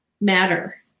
matter